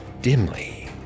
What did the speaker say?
Dimly